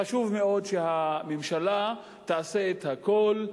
חשוב מאוד שהממשלה תעשה את הכול.